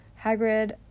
Hagrid